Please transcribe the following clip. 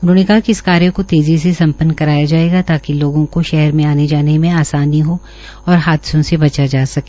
उन्होंने कहा कि इस कार्य को तेज़ी से संपन्न कराया जायेगा ताकि लोगों को शहर में आने जाने में आसानी हो और हादसों से बचा जा सके